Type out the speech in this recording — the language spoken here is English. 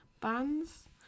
bands